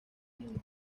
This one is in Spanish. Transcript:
mundo